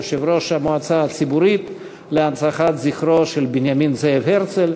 יושב-ראש המועצה הציבורית להנצחת זכרו של בנימין זאב הרצל,